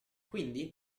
quindi